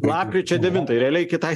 lapkričio devintai realiai kitai